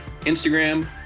Instagram